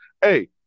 Hey